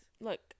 Look